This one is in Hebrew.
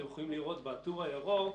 אתם יכולים לראות בטור הירוק,